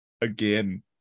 Again